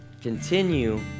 continue